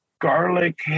garlic